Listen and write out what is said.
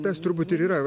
tas turbūt ir yra